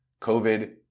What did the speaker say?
covid